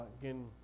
again